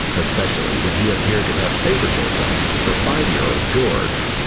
especially when he appeared to have favoritism for five year old george,